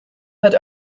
had